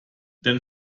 denn